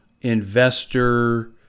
Investor